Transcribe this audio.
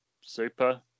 Super